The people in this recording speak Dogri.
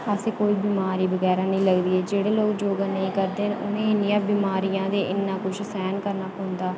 असेंगी कोई बमारी बगैरा कोई निं लगदी ऐ जेह्ड़े लोग योगा नेईं करदे न उ'नेंगी इन्नियां बमारियां ते इन्ना किश सैह्न करना पौंदा